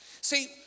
See